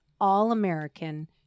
all-american